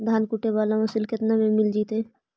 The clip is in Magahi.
धान कुटे बाला मशीन केतना में मिल जइतै?